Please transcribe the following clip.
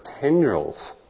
tendrils